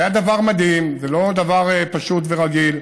והיה דבר מדהים, לא דבר פשוט ורגיל.